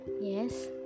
yes